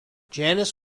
janis